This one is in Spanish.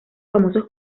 famosos